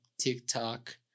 TikTok